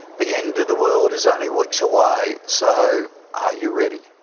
the end of the world is only weeks away, so are you ready?